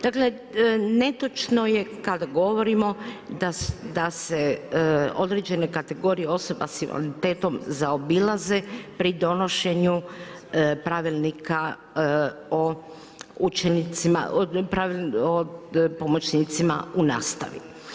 Dakle, netočno je kad govorimo da se određene kategorije osoba s invaliditetom zaobilaze pri donošenju pravilnika o učincima, o pomoćnicima u nastavi.